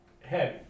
heavy